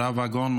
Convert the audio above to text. הרב הגאון,